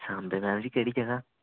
सांबे दे केह्ड़ी जगह